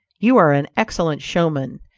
you are an excellent showman,